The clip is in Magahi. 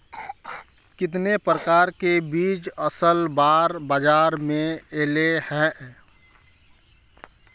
कितने प्रकार के बीज असल बार बाजार में ऐले है?